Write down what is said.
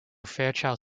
fairchild